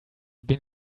been